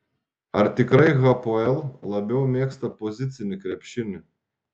ar tikrai hapoel labiau mėgsta pozicinį krepšinį